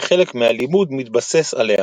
וחלק מהלימוד מתבסס עליה.